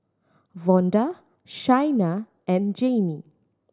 Vonda Shaina and Jayme